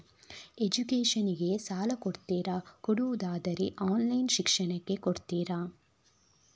Education ಗೆ ಸಾಲ ಕೊಡ್ತೀರಾ, ಕೊಡುವುದಾದರೆ ಆನ್ಲೈನ್ ಶಿಕ್ಷಣಕ್ಕೆ ಕೊಡ್ತೀರಾ?